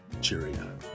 Cheerio